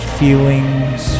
feelings